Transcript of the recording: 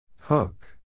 Hook